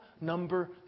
number